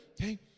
Okay